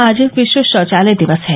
आज विश्व शौचालय दिवस है